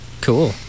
Cool